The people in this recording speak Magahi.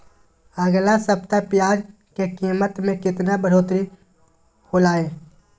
अगला सप्ताह प्याज के कीमत में कितना बढ़ोतरी होलाय?